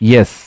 Yes